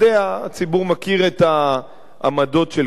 הציבור מכיר את העמדות של קדימה,